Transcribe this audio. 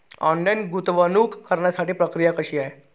Online गुंतवणूक करण्यासाठी प्रक्रिया कशी आहे?